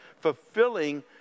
fulfilling